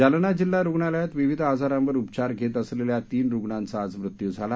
जालना जिल्हा रुग्णालयात विविध आजारांवर उपचार घेत असलेल्या तीन रुग्णांचा आज मृत्यू झाला